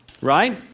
right